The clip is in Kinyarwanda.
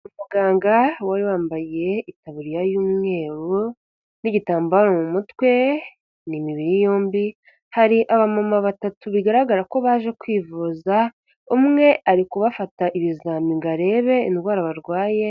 Umuganga wari wambaye itaburiya y'umweru n'igitambaro mu mutwe ni imibiri yombi, hari abamama batatu bigaragara ko baje kwivuza umwe ari kubafata ibizami ngo arebe indwara barwaye.